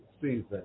season